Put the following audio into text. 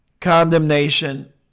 condemnation